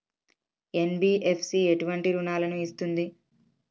NBFC ఎటువంటి రుణాలను ఇస్తుంది?